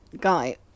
Guy